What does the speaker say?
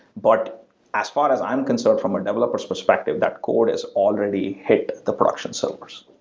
but as far as i'm concerned, from a developer s perspective, that core has already hit the production servers.